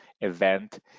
event